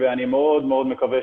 הממשלתי,